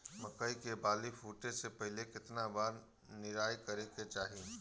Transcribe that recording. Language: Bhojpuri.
मकई मे बाली फूटे से पहिले केतना बार निराई करे के चाही?